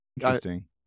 Interesting